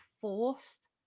forced